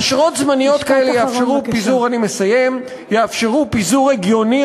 אשרות זמניות כאלה יאפשרו פיזור,